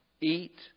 eat